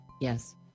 yes